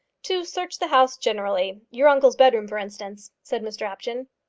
to search the house generally your uncle's bed-room, for instance, said mr apjohn.